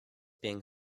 being